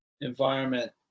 environment